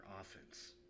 offense